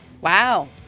Wow